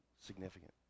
significant